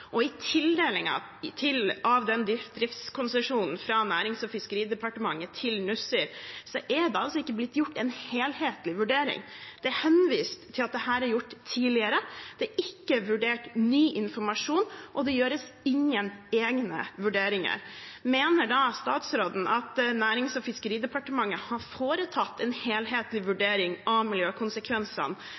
ikke blitt gjort en helhetlig vurdering. Det henvises til at dette er gjort tidligere. Man har ikke vurdert ny informasjon, og det gjøres ingen egne vurderinger. Mener statsråden at Nærings- og fiskeridepartementet foretok en helhetlig vurdering av miljøkonsekvensene